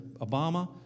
Obama